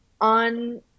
on